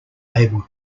able